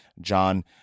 John